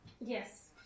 Yes